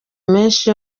menshi